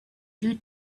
due